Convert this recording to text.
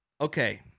Okay